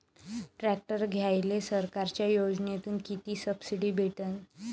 Tractor घ्यायले सरकारच्या योजनेतून किती सबसिडी भेटन?